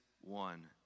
one